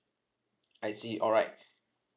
I see alright